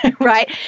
right